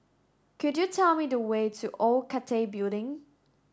could you tell me the way to Old Cathay Building